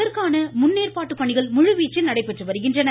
அதற்கான முன்னேற்பாட்டு பணிகள் முழுவீச்சில் நடைபெற்று வருகின்றன